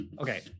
Okay